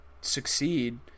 succeed